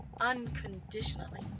unconditionally